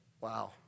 Wow